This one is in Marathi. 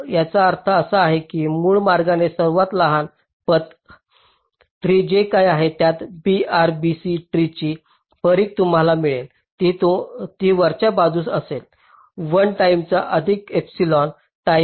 याचा अर्थ असा की मूळ मार्गाचे सर्वात लहान पथ ट्री जे काही आहे या BRBC ट्री ची परिघ तुम्हाला मिळेल ती वरच्या बाजूस असेल 1 टाईमा अधिक एपिसिल टाईम